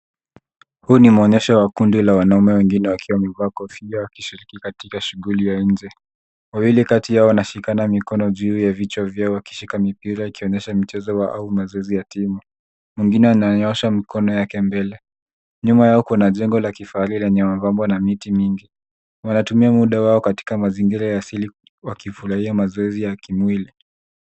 Huu ni muonyesho ya kundi la wanaume wengine wakiwa wamevaa kofia wakishiriki katika shughuli ya nje. Wawili kati yao wanashikana mikono juu ya vichwa vyao wakishika mipira ikionyesha michezo au mazoezi ya timu. Mwingine ananyoosha mkono yake mbele. Nyuma yao kuna jengo la kifahari lenye mapambo na miti mingi. Wanatumia muda wao katika mazingira ya asili wakifurahia mazoezi ya kimwili.